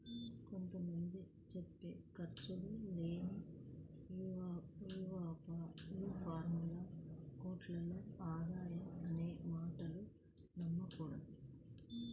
కొంత మంది చెప్పే ఖర్చు లేని యాపారం కోట్లలో ఆదాయం అనే మాటలు నమ్మకూడదు